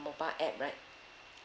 mobile app right